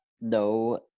No